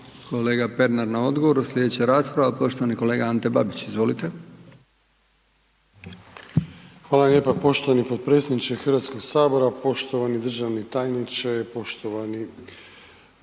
kolega Pernar na odgovoru. Sljedeća rasprava poštovani kolega Ante Babić. Izvolite. **Babić, Ante (HDZ)** Hvala lijepa poštovani potpredsjedniče Hrvatskog sabora, poštovani državni tajniče, poštovani